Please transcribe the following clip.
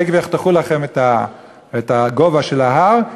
תכף יחתכו לכם את הגובה של ההר,